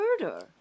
murder